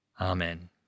amen